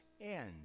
end